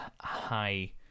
high